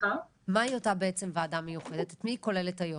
את מי היא כוללת היום?